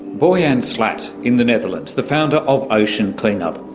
boyan slat in the netherlands, the founder of ocean clean-up